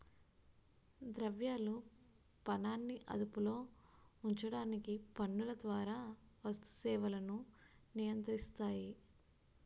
ద్రవ్యాలు పనాన్ని అదుపులో ఉంచడానికి పన్నుల ద్వారా వస్తు సేవలను నియంత్రిస్తాయి